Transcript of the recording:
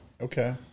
Okay